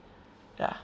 ya